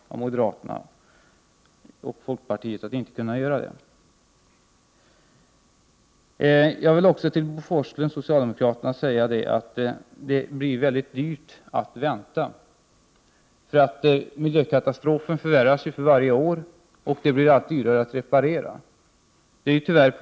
1988/89:46 moderaterna och folkpartiet att inte kunna göra det. 15 december 1988 Till Bo Forslund vill jag säga att det blir mycket dyrt att väntas Tra morsan Miljökatastrofen förvärras ju för varje år, och skadorna blir allt dyrare att reparera.